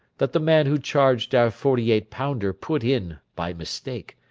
that the man who charged our forty-eight pounder put in, by mistake,